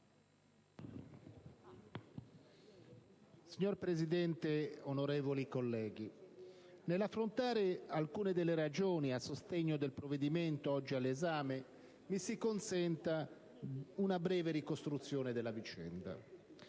Signor Presidente, onorevoli colleghi, nell'affrontare alcune delle ragioni a sostegno del provvedimento oggi all'esame, mi si consenta una breve ricostruzione della vicenda.